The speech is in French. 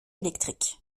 électrique